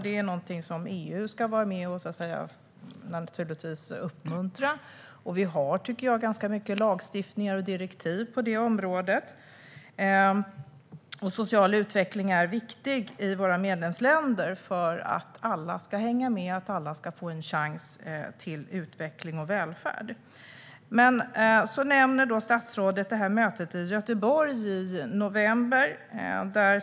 Det är någonting som EU naturligtvis ska uppmuntra. Vi har, tycker jag, ganska många lagstiftningar och direktiv på det området. Social utveckling är viktig i våra medlemsländer för att alla ska hänga med - alla ska få en chans till utveckling och välfärd. Men så nämner statsrådet mötet i Göteborg i november.